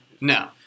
No